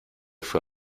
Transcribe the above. fue